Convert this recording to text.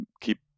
keep